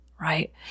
right